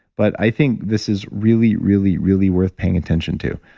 but i think this is really, really, really worth paying attention to.